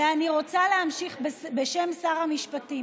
ואני רוצה להמשיך בשם שר המשפטים,